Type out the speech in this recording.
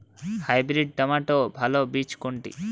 Hybrid টমেটোর ভালো বীজ কোনটি?